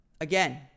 again